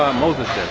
moses